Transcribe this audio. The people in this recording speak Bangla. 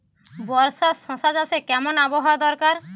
বর্ষার শশা চাষে কেমন আবহাওয়া দরকার?